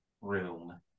room